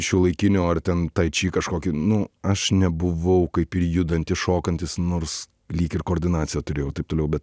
šiuolaikinio ar ten tai či kažkoki nu aš nebuvau kaip ir judantis šokantis nors lyg ir koordinaciją turėjau taip toliau bet